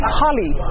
holly